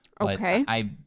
Okay